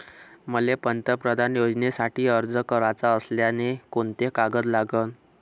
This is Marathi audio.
मले पंतप्रधान योजनेसाठी अर्ज कराचा असल्याने कोंते कागद लागन?